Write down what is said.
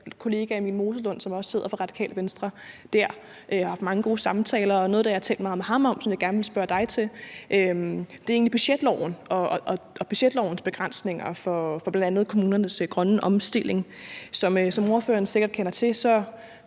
Vi har haft mange gode samtaler, og noget af det, jeg har talt meget med ham om, og som jeg vil gerne vil spørge dig til, er egentlig budgetloven og budgetlovens begrænsninger for bl.a. kommunernes grønne omstilling. Som ordføreren sikkert kender til,